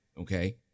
okay